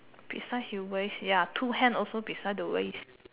beside the waist ya two hand also beside the waist